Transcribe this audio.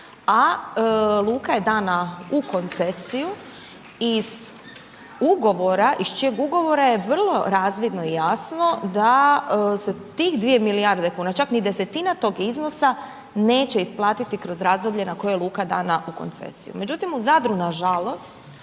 a luka je dana u koncesiju i iz čijeg ugovora je vrlo razvidno i jasno, da se tih 2 milijarde kuna, čak desetina tog iznosa neće isplatiti kroz razdoblje na koje je luka dana u koncesiju. Međutim, u Zadru, nažalost,